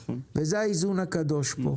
זה האיזון הקדוש פה,